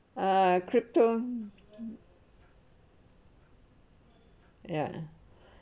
ah crypto ya